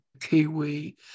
Kiwi